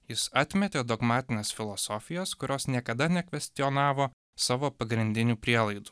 jis atmetė dogmatinės filosofijos kurios niekada nekvestionavo savo pagrindinių prielaidų